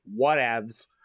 Whatevs